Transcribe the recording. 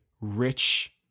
rich